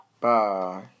Bye